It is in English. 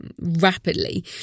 rapidly